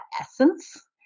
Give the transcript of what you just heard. essence